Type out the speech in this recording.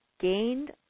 gained